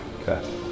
Okay